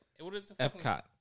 Epcot